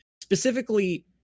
specifically